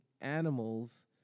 animals